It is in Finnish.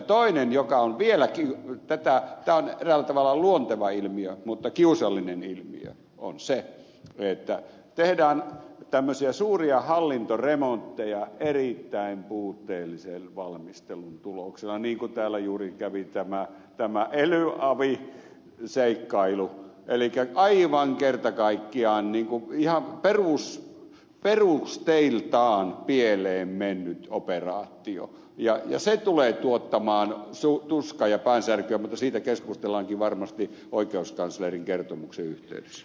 toinen on se tämä on eräällä lailla luonteva ilmiö mutta kiusallinen ilmiö että tehdään tämmöisiä suuria hallintoremontteja erittäin puutteellisen valmistelun tuloksena niin kuin täällä juuri kävi tämä elyavi seikkailu aivan kerta kaikkiaan ihan perusteiltaan pieleen mennyt operaatio ja se tulee tuottamaan tuskaa ja päänsärkyä mutta siitä keskustellaankin varmasti oikeuskanslerin kertomuksen yhteydessä